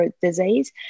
disease